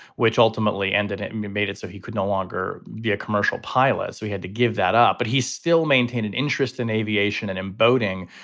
which ultimately ended it. and he made it so he could no longer be a commercial pilot. we had to give that up. but he's still maintain an interest in aviation and in boating,